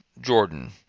Jordan